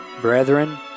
brethren